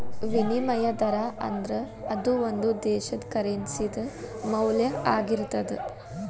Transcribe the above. ವಿನಿಮಯ ದರಾ ಅಂದ್ರ ಅದು ಒಂದು ದೇಶದ್ದ ಕರೆನ್ಸಿ ದ ಮೌಲ್ಯ ಆಗಿರ್ತದ